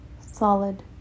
solid